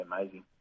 amazing